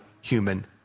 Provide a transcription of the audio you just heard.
human